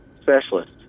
specialist